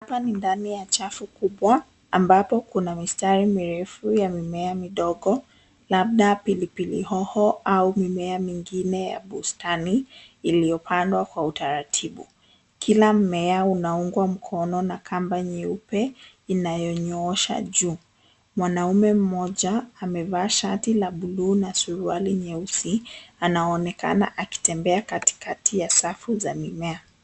Hapa ni ndani ya chafu kubwa ambapo kuna mistari mirefu ya mimea midogo labda pilipili hoho au mimea mingine ya bustani iliyopandwa kwa utaratibu. Kila mmea unaungwa mkono na kamba nyeupe inayonyoosha juu. Mwanaume mmoja amevaa shati la buluu na suruali nyeusi anaonekana akitembea katikati ya safu za mimea.